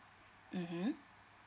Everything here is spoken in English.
mmhmm